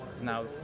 now